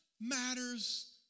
matters